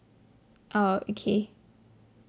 oh okay